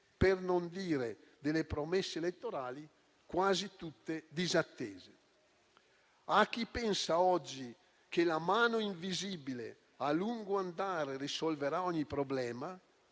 per non dire delle promesse elettorali, quasi tutte disattese. A chi oggi pensa che la mano invisibile, a lungo andare, risolverà ogni problema